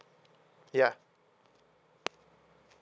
ya